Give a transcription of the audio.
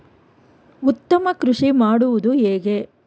ಉತ್ತಮ ಕೃಷಿ ಮಾಡುವುದು ಹೇಗೆ?